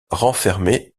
renfermait